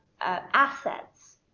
assets